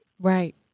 right